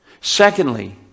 secondly